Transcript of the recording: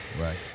Right